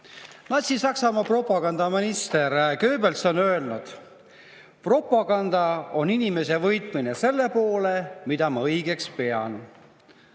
Natsi-Saksamaa propagandaminister Goebbels on öelnud: "Propaganda on inimese võitmine selle poole, mida ma õigeks pean."